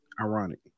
ironic